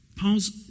Paul's